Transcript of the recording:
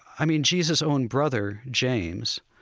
i mean, jesus' own brother, james,